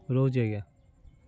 ରହୁଛି ଆଜ୍ଞା